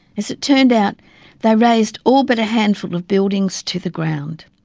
as it turned out they razed all but a handful of buildings to the ground.